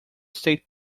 state